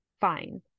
Fine